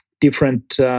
different